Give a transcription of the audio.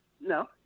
No